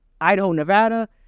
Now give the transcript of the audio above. Idaho-Nevada